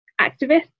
activists